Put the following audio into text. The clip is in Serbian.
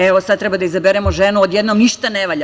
Evo, sada treba da izaberemo ženu, odjednom ništa ne valja.